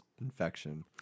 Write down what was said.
infection